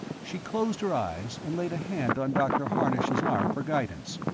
she closed her eyes and laid a hand on dr. harnosh's arm for guidance,